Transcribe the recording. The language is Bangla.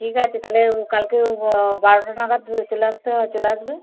ঠিক আছে তাহলে কালকে হ বারোটা নাগাদ চলে আসতে হবে চলে আসবে